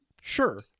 Sure